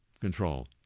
control